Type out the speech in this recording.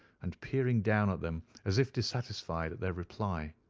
and peering down at them as if dissatisfied at their reply.